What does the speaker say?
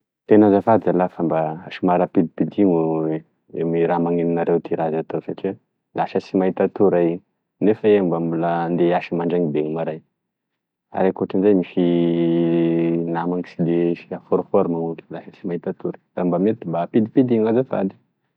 Tena azafady zalahy fa mba somary ampidimpidino gne raha manenonare ty raha azo atao fe satria lasa sy mahita tory ay nef'iahy mba mbola andeha hiasa mandrainy de maray ary ankotrin'izay misy namany sy de en forforma ma- da lasa sy mahita tory raha mba mety mba ampidimpidino azafady.